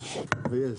רע"מ.